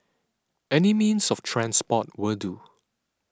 any means of transport will do